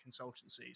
consultancies